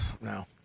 No